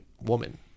woman